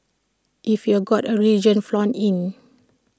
if you've got A religion flaunt in